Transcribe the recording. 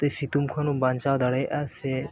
ᱥᱤᱛᱩᱝ ᱠᱷᱚᱱ ᱵᱚ ᱵᱟᱧᱪᱟᱣ ᱫᱟᱲᱮᱭᱟᱜᱼᱟ ᱥᱮ